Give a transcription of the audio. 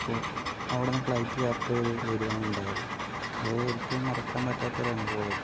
അപ്പോൾ അവിടുന്ന് ഫ്ലൈറ്റിൽ യാത്ര ചെയ്ത് വരികയാണ് ഉണ്ടായത് അത് ഒരിക്കലും മറക്കാൻ പറ്റാത്ത ഒരനുഭവമായിരുന്നു